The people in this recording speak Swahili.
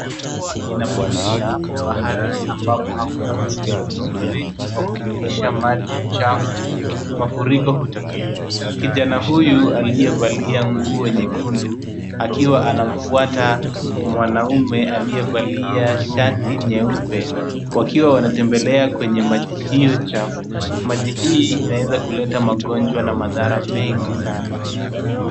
Mvua inaponyesha mahali ambapo hakuna mfumo mzuri wa kupitisha maji chafu mafuriko hutokea. Kijana huyu aliyevalia nguo nyekundu akiwa anamfuata mwanaume aliyevalia shati nyeupe wakiwa wanatembelea kwenye maji hiyo chafu. Maji hii inaeza kuleta magonjwa na madhara mengi sana.